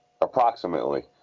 Approximately